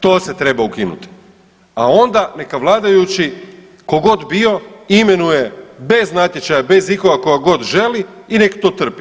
To se treba ukinuti, a onda neka vladajući tko god bio imenuje bez natječaja, bez ikoga koga god želi i neka to trpi.